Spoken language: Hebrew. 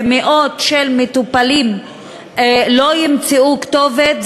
ומאות מטופלים לא ימצאו כתובת,